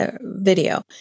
video